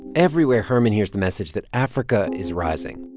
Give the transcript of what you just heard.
everywhere, herman hears the message that africa is rising.